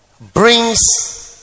brings